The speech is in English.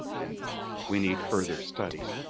and we need further study